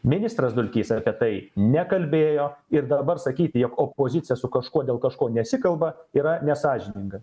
ministras dulkys apie tai nekalbėjo ir dabar sakyti jog opozicija su kažkuo dėl kažko nesikalba yra nesąžininga